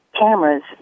cameras